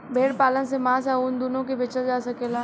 भेड़ पालन से मांस आ ऊन दूनो के बेचल जा सकेला